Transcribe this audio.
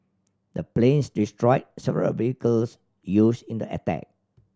the planes destroyed several vehicles used in the attack